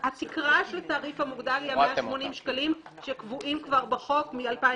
התקרה של התעריף המוגדל היא 180 שקלים שקבועים כבר בחוק מ-2010.